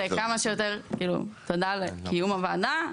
תודה על קיום הוועדה.